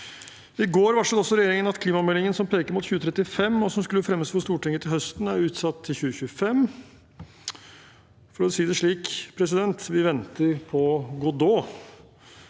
I går varslet også regjeringen at klimameldingen, som peker mot 2035, og som skulle fremmes for Stortinget til høsten, er utsatt til 2025. For å si det slik: Mens vi venter på Godot.